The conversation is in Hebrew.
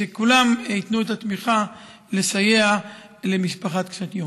שכולם ייתנו את התמיכה לסייע למשפחה קשת יום.